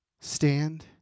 Stand